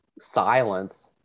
silence